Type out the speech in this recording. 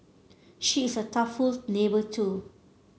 she is a thoughtful neighbour too